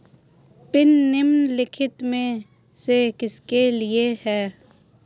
Pin निम्नलिखित में से किसके लिए है?